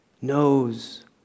knows